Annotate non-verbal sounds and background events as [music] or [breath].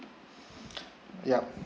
[breath] yup